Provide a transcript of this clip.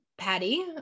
patty